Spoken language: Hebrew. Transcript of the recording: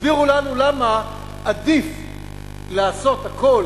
הסבירו לנו למה עדיף לעשות הכול